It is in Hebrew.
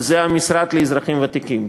וזה המשרד לאזרחים ותיקים,